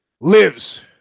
lives